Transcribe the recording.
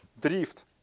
drift